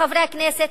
חברי הכנסת,